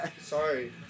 Sorry